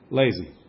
lazy